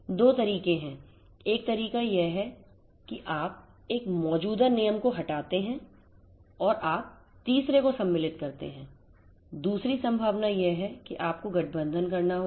2 तरीके हैं एक तरीका यह है कि आप एक मौजूदा नियम को हटाते हैं और आप तीसरे को सम्मिलित करते हैं दूसरी संभावना यह है कि आपको गठबंधन करना होगा